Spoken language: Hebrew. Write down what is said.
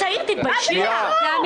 תתביישי לך.